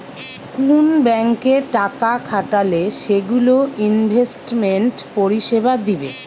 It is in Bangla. কুন ব্যাংকে টাকা খাটালে সেগুলো ইনভেস্টমেন্ট পরিষেবা দিবে